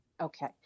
okay